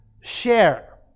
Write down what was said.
share